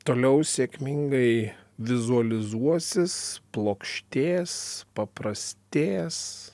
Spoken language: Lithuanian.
toliau sėkmingai vizualizuosis plokštės paprastės